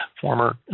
Former